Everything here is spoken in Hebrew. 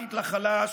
אמפתית לחלש,